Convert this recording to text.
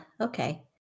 okay